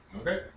Okay